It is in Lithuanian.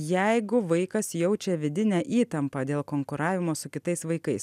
jeigu vaikas jaučia vidinę įtampą dėl konkuravimo su kitais vaikais